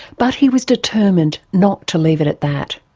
but he was determined not to leave it at that.